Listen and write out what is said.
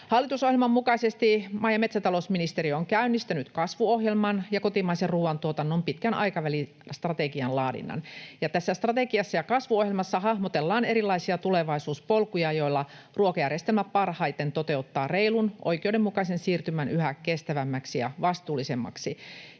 Hallitusohjelman mukaisesti maa‑ ja metsätalousministeriö on käynnistänyt kasvuohjelman ja kotimaisen ruoantuotannon pitkän aikavälin strategian laadinnan. Tässä strategiassa ja kasvuohjelmassa hahmotellaan erilaisia tulevaisuuspolkuja, joilla ruokajärjestelmä parhaiten toteuttaa reilun, oikeudenmukaisen siirtymän yhä kestävämmäksi ja vastuullisemmaksi.